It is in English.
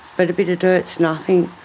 but a bit of dirt is nothing,